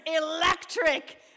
electric